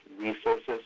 resources